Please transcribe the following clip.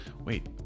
Wait